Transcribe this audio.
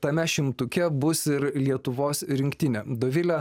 tame šimtuke bus ir lietuvos rinktinė dovile